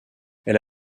elle